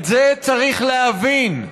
את זה צריך להבין.